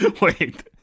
Wait